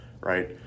Right